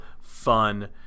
fun